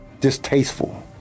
distasteful